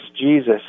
Jesus